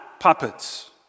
puppets